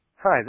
Hi